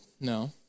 No